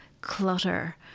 clutter